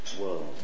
world